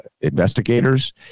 investigators